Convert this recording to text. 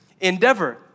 endeavor